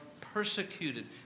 persecuted